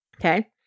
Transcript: Okay